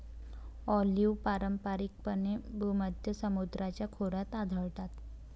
olive पारंपारिकपणे भूमध्य समुद्राच्या खोऱ्यात आढळतात